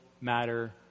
matter